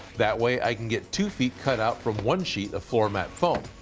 that way i can get two feet cut out from one sheet of floor mat foam.